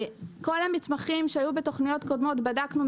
כל המתמחים שהיו בתוכניות קודמות בדקנו,